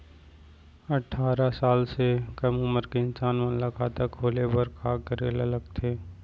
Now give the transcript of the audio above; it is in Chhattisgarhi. अट्ठारह साल से कम उमर के इंसान मन ला खाता खोले बर का करे ला लगथे?